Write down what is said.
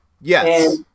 Yes